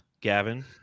Gavin